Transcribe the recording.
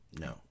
No